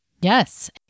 Yes